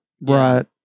Right